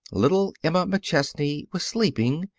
little emma mcchesney was sleeping,